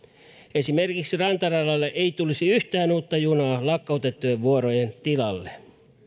esimerkiksi rantaradalle ei tulisi yhtään uutta junaa lakkautettujen vuorojen tilalle